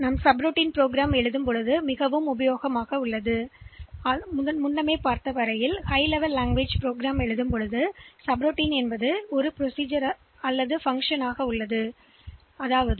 எனவே சப்ரூட்டீன் என்பது ஒரு பகுதி அல்லது உயர் மட்ட மொழிகளில் உள்ள நடைமுறைகள் என பெரும்பாலும் அழைக்கப்படுகிறது நடைமுறைகள் அல்லது செயல்பாடு